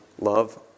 love